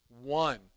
One